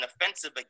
offensive